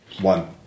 One